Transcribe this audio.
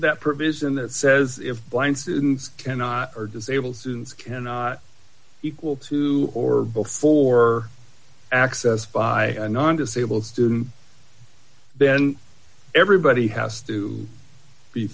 that provision that says if students cannot or disabled students cannot equal to or before access by a non disabled student then everybody has to be